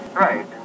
Right